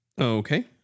Okay